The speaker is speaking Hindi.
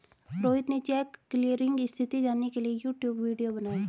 रोहित ने चेक क्लीयरिंग स्थिति जानने के लिए यूट्यूब वीडियो बनाई